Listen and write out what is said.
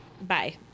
bye